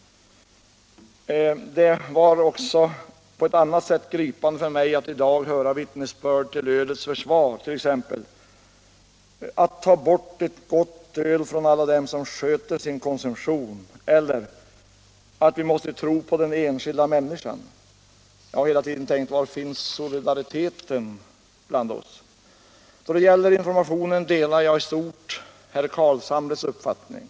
Det var också på ett annat sätt gripande för mig att höra vittnesbörden till ölets försvar: ”att ta bort ett gott öl från alla dem som sköter sin konsumtion” eller ”att vi måste tro på den enskilda människan”. Jag har hela tiden suttit och tänkt: Var finns solidariteten bland oss? Då det gäller informationen delar jag i stort herr Carlshamres uppfattning.